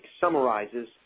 summarizes